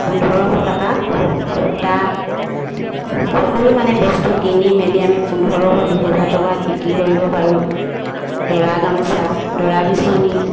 পোন্ধৰশ টকাত সূতা সকলো মানে বস্তু কিনি মেলি আমি পোন্ধৰশ দুহেজাৰ টকাত বিক্ৰী কৰিব পাৰোঁ দৰা গামোচা দৰা বিচনী